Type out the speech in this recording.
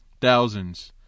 thousands